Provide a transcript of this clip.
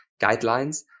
guidelines